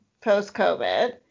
post-COVID